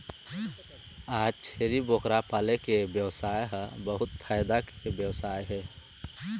आज छेरी बोकरा पाले के बेवसाय ह बहुत फायदा के बेवसाय हे